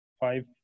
five